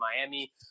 Miami